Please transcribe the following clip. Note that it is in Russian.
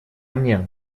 мне